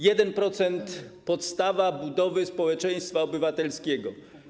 1% - podstawa budowy społeczeństwa obywatelskiego.